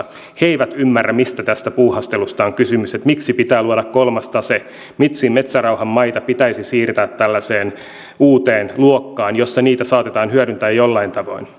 he eivät ymmärrä mistä tässä puuhastelussa on kysymys miksi pitää luoda kolmas tase miksi metsärauhan maita pitäisi siirtää tällaiseen uuteen luokkaan jossa niitä saatetaan hyödyntää jollain tavoin